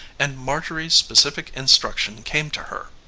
and marjorie's specific instruction came to her.